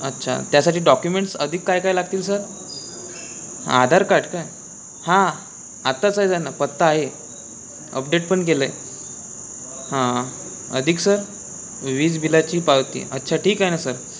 अच्छा त्यासाठी डॉक्युमेंट्स अधिक काय काय लागतील सर आधार कार्ड काय हां आत्ताचं आहे जाय ना पत्ता आहे अपडेट पण केलं आहे हां अधिक सर वीज बिलाची पावती अच्छा ठीक आहे ना सर